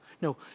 No